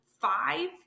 five